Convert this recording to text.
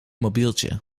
mobieltje